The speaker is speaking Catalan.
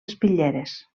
espitlleres